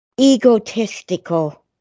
egotistical